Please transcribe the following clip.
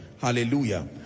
Hallelujah